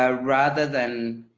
ah rather than